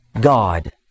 God